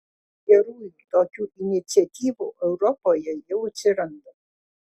gerųjų tokių iniciatyvų europoje jau atsiranda